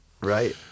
Right